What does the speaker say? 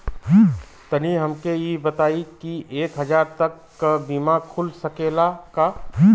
तनि हमके इ बताईं की एक हजार तक क बीमा खुल सकेला का?